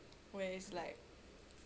where it's like